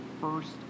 first